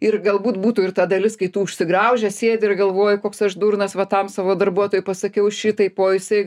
ir galbūt būtų ir ta dalis kai tu užsigraužęs sėdi ir galvoji koks aš durnas va tam savo darbuotojui pasakiau šitaip o jisai